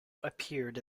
appeared